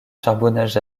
charbonnages